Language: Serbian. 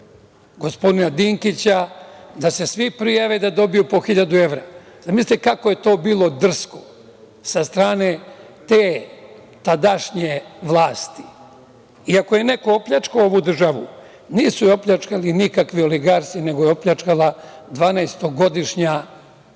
gospodina Dinkića, da se svi prijave da dobiju po 1.000 evra. Zamislite kako je to bilo drsko sa strane te tadašnje vlasti.I ako je neko opljačkao ovu državu, nisu je opljačkali nikakvi oligarsi, nego je opljačkala dvanaestogodišnja